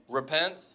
repent